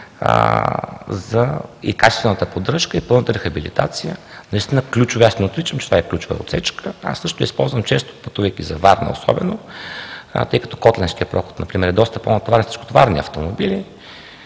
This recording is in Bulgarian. за качествената поддръжка и пълната рехабилитация. Наистина е ключова, аз не отричам, че това е ключова отсечка, аз също я използвам често, пътувайки за Варна, особено, тъй като Котленският проход, например, е доста по-натоварен с тежкотоварни автомобили.